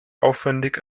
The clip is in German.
aufwendig